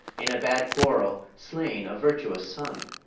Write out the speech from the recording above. in a bad quarrel slain a virtuous son.